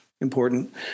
important